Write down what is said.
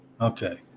Okay